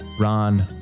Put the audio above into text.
Ron